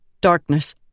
Darkness